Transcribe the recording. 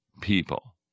people